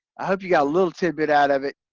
i hope you got a little tidbit out of it.